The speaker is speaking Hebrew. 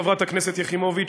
חברת הכנסת יחימוביץ,